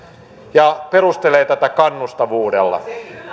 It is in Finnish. ja perustelee tätä kannustavuudella